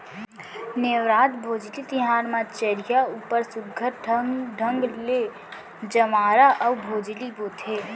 नेवरात, भोजली तिहार म चरिहा ऊपर सुग्घर ढंग ले जंवारा अउ भोजली बोथें